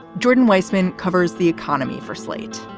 jordan weisman covers the economy for slate.